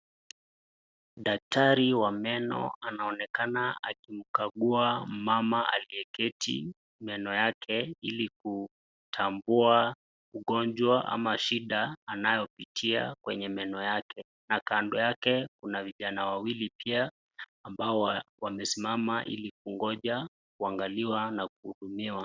Daktari wa meno anaonekana akimkagua mama aliyeketi meno yake ilikutambua ugonjwa ama shida anayopitia kwenye meno yake. Na kando yake kuna vijana wawili pia ambao wamesimama ilikungoja kuangaliwa nakuhudumiwa.